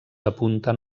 apunten